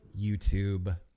YouTube